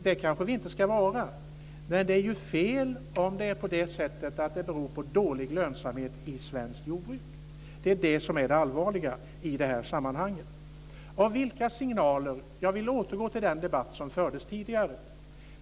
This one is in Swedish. Det kanske vi inte ska vara, men det är fel om det är på det sättet att det beror på dålig lönsamhet i svenskt jordbruk. Det är det som är det allvarliga i detta sammanhang. Jag vill återgå till den debatt som fördes tidigare.